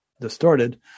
distorted